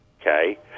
okay